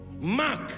Mark